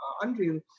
Unreal